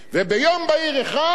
וביום בהיר אחד,